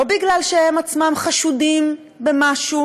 לא בגלל שהם עצמם חשודים במשהו,